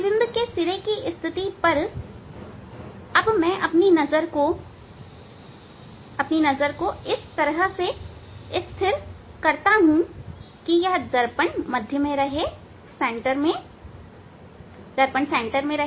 प्रतिबिंब के सिरे की स्थिति पर अब मैं अपनी नजर को इस तरह स्थिर करता हूं कि यह दर्पण के मध्य में रहे दर्पण के मध्य में रहे